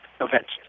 events